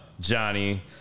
Johnny